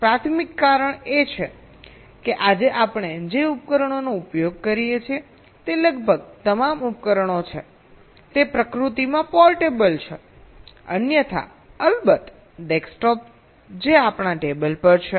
પ્રાથમિક કારણ એ છે કે આજે આપણે જે ઉપકરણોનો ઉપયોગ કરીએ છીએ તે લગભગ તમામ ઉપકરણો છે તે પ્રકૃતિમાં પોર્ટેબલ છે અન્યથા અલબત્ત ડેસ્કટોપ જે આપણા ટેબલ પર છે